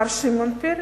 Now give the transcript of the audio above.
מר שמעון פרס,